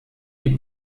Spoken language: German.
die